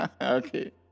Okay